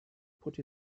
put